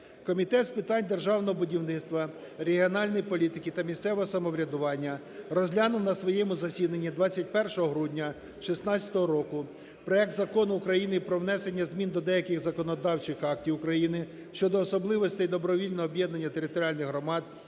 Комітет з питань державного будівництва, регіональної політики та місцевого самоврядування розглянув на своєму засіданні 21 грудня 16-го року проект Закону про внесення змін до деяких законодавчих актів щодо особливостей добровільного об'єднання територіальних громад,